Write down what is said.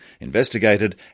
investigated